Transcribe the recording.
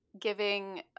giving